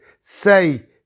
say